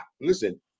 Listen